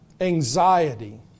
anxiety